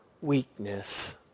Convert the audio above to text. weakness